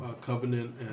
Covenant